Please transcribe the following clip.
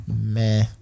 Meh